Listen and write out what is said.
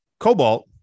Cobalt